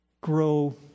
grow